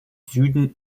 süden